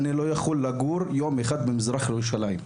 לא מסוגל לגור אפילו יום אחד במזרח ירושלים.